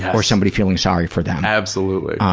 or somebody feeling sorry for them. absolutely.